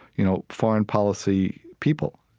you know, foreign policy people.